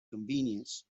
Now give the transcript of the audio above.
convenience